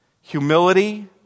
humility